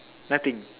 nothing